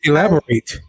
Elaborate